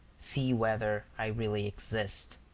see whether i really exist.